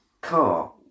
car